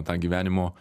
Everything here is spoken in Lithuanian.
tą gyvenimo